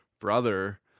brother